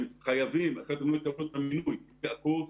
הם חייבים לעבור קורס